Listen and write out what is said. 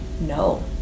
no